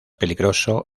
peligroso